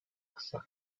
kısa